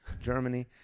Germany